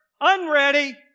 unready